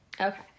Okay